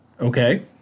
Okay